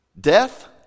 Death